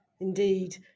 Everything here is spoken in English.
Indeed